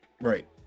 right